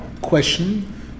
Question